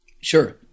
Sure